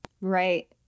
Right